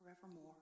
forevermore